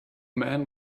man